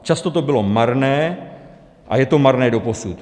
Často to bylo marné a je to marné doposud.